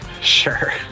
Sure